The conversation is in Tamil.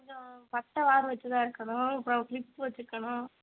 கொஞ்சம் பட்டை வார் வெச்சதாக இருக்கணும் அப்புறம் கிளிப் வச்சிருக்கணும்